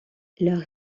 leur